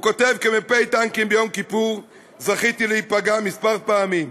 הוא כותב: "כמ"פ טנקים ביום כיפור זכיתי להיפגע מספר פעמים,